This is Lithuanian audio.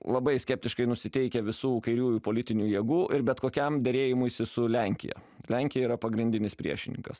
labai skeptiškai nusiteikę visų kairiųjų politinių jėgų ir bet kokiam derėjimuisi su lenkija lenkija yra pagrindinis priešininkas